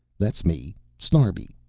that's me, snarbi,